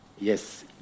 Yes